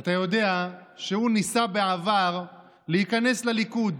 אתה יודע שהוא ניסה בעבר להיכנס לליכוד.